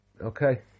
Okay